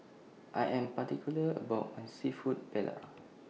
I Am particular about My Seafood Paella